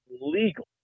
legal